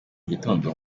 gitondo